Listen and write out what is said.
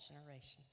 generations